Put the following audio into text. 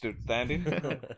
standing